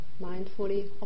mindfully